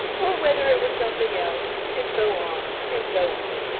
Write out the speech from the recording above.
or whether it was something else, and so on, and so on.